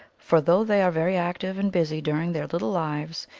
for, though they are very active and busy during their little lives,